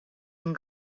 and